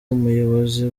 ubuyobozi